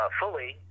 fully